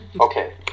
Okay